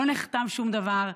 לא נחתם שום דבר,